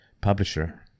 publisher